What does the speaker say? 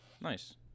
Nice